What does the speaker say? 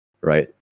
right